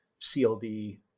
CLD